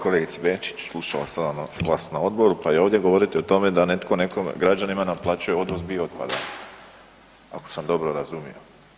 Kolegice Benčić, slušao sam vas na odboru, pa i ovdje govorite o tome da netko nekome, građanima naplaćuje odvoz biootpada, ako sam dobro razumio.